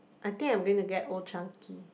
I think I'm going to get Old-Chang-Kee